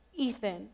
Ethan